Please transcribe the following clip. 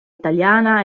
italiana